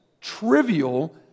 trivial